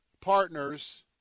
partners